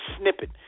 snippet